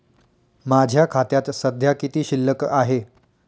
माझ्या खात्यात सध्या किती शिल्लक आहे?